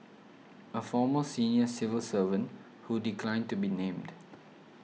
a former senior civil servant who declined to be named